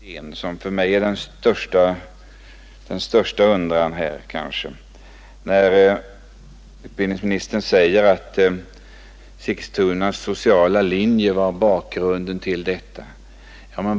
Herr talman! Jag skall försöka att vara lika koncentrerad som utbildningsministern. När det gäller organisationskommittén, vars tillkomst är det som kanske förvånar mig mest, säger utbildningsministern att Sigtunaskolans önskan att inrätta en social linje var orsaken till kommitténs tillkomst.